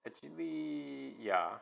actually ya